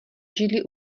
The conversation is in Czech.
židli